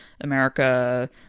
America